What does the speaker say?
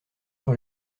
sur